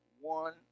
one